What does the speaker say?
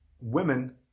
women